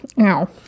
Ow